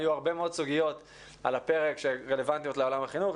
היו הרבה מאוד סוגיות על הפרק שרלבנטיות לעולם החינוך,